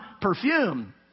perfume